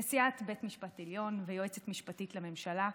נשיאת בית משפט עליון ויועצת משפטית לממשלה,